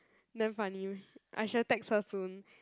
damn funny I should have text her soon